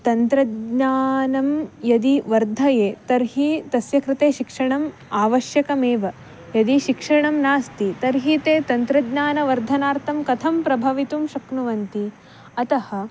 तन्त्रज्ञानं यदि वर्धते तर्हि तस्य कृते शिक्षणम् आवश्यकमेव यदि शिक्षणं नास्ति तर्हि ते तन्त्रज्ञानवर्धनार्थं कथं प्रभवितुं शक्नुवन्ति अतः